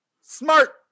smart